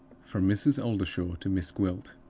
from mrs. oldershaw to miss gwilt.